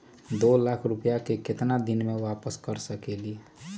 दो लाख रुपया के केतना दिन में वापस कर सकेली?